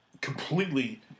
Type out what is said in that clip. completely